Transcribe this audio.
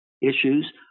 issues